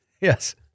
Yes